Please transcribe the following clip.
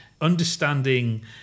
understanding